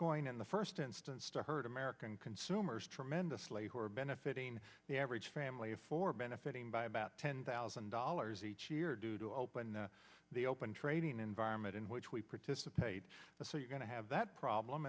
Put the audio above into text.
going in the first instance to hurt american consumers tremendously who are benefiting the average family of four benefiting by about ten thousand dollars each year due to open the open trading but in which we participate so you're going to have that problem